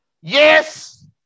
Yes